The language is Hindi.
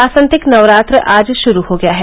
वासंतिक नवरात्र आज शुरू हो गया है